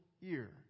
year